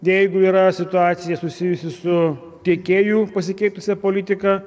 jeigu yra situacija susijusi su tiekėjų pasikeitusia politika